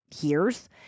years